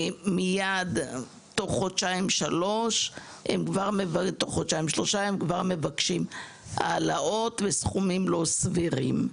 ובתוך חודשיים-שלושה הם כבר מבקשים העלאות בסכומים לא סבירים.